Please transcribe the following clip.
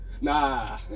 Nah